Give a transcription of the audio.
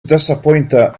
disappointed